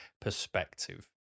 perspective